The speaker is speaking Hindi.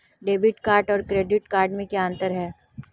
डेबिट कार्ड और क्रेडिट कार्ड में क्या अंतर है?